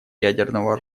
ядерного